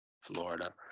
Florida